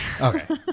Okay